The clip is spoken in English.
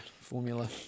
Formula